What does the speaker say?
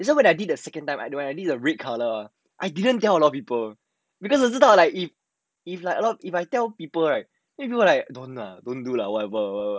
that's why when I did the second time I don't want I need a red colour I didn't tell a lot of people because 你只知道 like if if like if I tell people right then they will be like don't lah don't do lah whatever